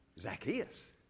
Zacchaeus